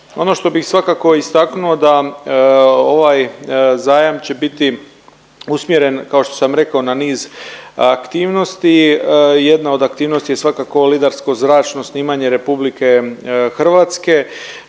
Ono što bih svakako istaknuo da ovaj zajam će biti usmjeren kao što sam rekao na niz aktivnosti. Jedna od aktivnosti je svakako lidarsko zračno snimanje RH. Dakle